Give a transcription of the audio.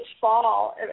fall